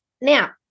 Now